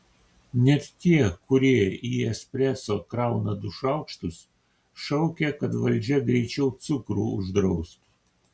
net tie kurie į espreso krauna du šaukštus šaukia kad valdžia greičiau cukrų uždraustų